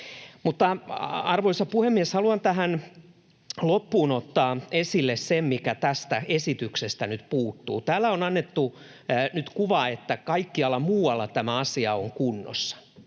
Arvoisa puhemies! Haluan tähän loppuun ottaa esille sen, mikä tästä esityksestä nyt puuttuu. Täällä on annettu nyt kuva, että kaikkialla muualla tämä asia on kunnossa.